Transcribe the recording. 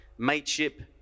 mateship